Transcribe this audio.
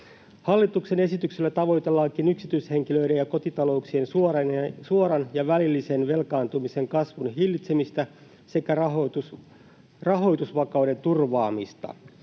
Hallituksen esityksellä tavoitellaankin yksityishenkilöiden ja kotitalouksien suoran ja välillisen velkaantumisen kasvun hillitsemistä sekä rahoitusvakauden turvaamista.